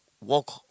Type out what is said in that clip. walk